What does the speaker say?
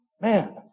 Man